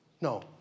No